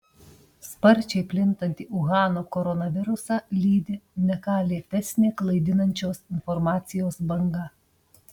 sparčiai plintantį uhano koronavirusą lydi ne ką lėtesnė klaidinančios informacijos banga